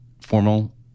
formal